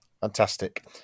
Fantastic